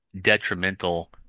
detrimental